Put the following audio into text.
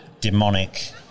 demonic